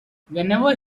whenever